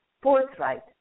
forthright